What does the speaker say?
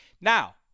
Now